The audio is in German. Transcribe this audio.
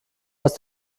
aus